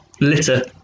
litter